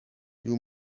you